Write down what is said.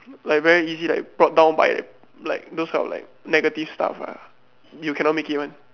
like very easy like brought down by like those type of negative stuff ah you cannot make it one